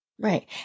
Right